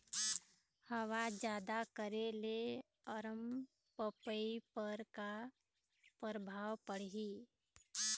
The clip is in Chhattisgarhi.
हवा जादा करे ले अरमपपई पर का परभाव पड़िही?